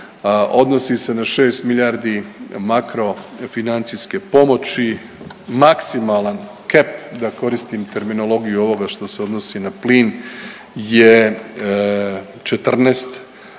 odnosi se na 6 milijardi makro financijske pomoći, maksimalan kep da koristim terminologiju ovoga što se odnosi na plin je 14 milijuna